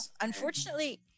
Unfortunately